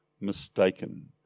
mistaken